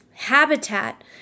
Habitat